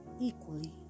equally